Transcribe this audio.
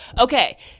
Okay